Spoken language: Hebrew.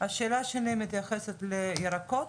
השאלה שלי מתייחסת לירקות,